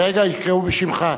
רגע, יקראו בשמך.